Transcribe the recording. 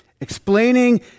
explaining